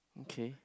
okay